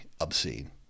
obscene